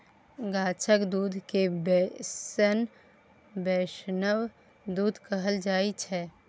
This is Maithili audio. गाछक दुध केँ बैष्णव दुध कहल जाइ छै